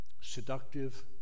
seductive